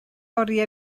oriau